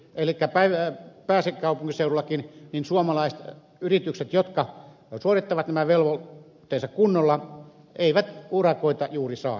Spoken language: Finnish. elikkä pääkaupunkiseudullakin suomalaiset yritykset jotka suorittavat nämä velvollisuutensa kunnolla eivät urakoita juuri saa enää